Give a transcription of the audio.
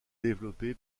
développé